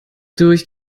durch